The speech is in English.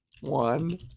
one